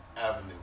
Avenue